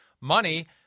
money